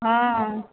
हँ